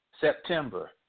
September